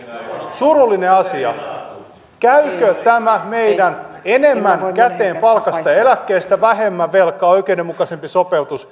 surullinen asia käykö tämä meidän vaihtoehtomme enemmän käteen palkasta eläkkeestä vähemmän velkaa oikeudenmukaisempi sopeutus